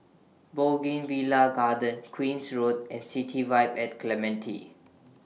Bougainvillea Garden Queen's Road and City Vibe At Clementi